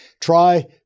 Try